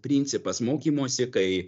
principas mokymosi kai